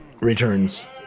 returns